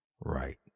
right